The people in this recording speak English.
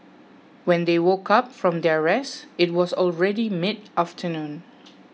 when they woke up from their rest it was already mid afternoon